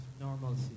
normalcy